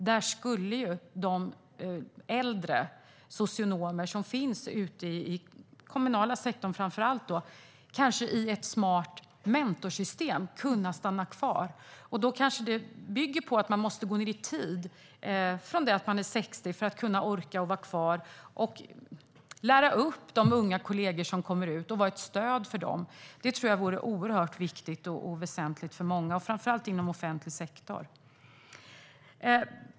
Där skulle kanske de äldre socionomerna i kommunala sektorn, framför allt, i ett smart mentorssystem kunna stanna kvar. Det kanske bygger på att man måste gå ned i tid från det att man är 60 för att man ska orka vara kvar och lära upp de unga kollegor som kommer ut och vara ett stöd för dem. Det tror jag skulle vara oerhört viktigt och väsentligt för många, framför allt inom offentlig sektor.